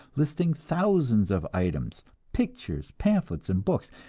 listing thousands of items, pictures, pamphlets and books,